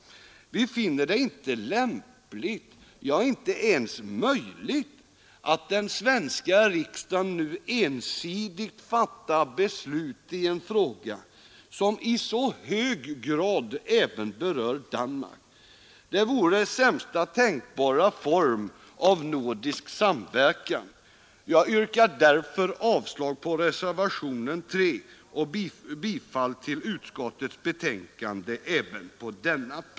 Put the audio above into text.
Vi finner det inte lämpligt, ja, inte ens möjligt att den svenska riksdagen nu ensidigt fattar beslut i en fråga som i så hög grad även berör Danmark. Det vore sämsta tänkbara formen av nordisk samverkan. Jag yrkar därför avslag på reservationen 3 och bifall till utskottets hemställan även på denna punkt.